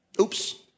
Oops